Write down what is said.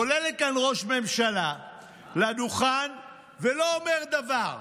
עולה כאן ראש ממשלה לדוכן ולא אומר דבר.